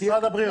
משרד הבריאות.